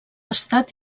estat